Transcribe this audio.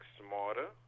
smarter